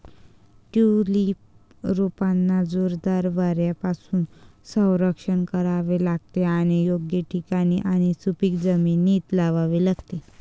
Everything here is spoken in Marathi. ट्यूलिप रोपांना जोरदार वाऱ्यापासून संरक्षण करावे लागते आणि योग्य ठिकाणी आणि सुपीक जमिनीत लावावे लागते